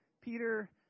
Peter